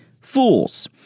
fools